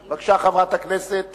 בבקשה, חברת הכנסת